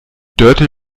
dörte